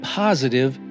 positive